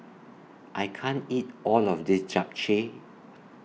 I can't eat All of This Japchae